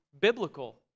biblical